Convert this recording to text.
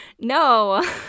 No